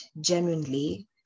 genuinely